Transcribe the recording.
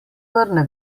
vrne